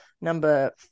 Number